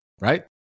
right